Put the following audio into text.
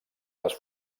les